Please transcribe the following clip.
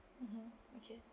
mmhmm okay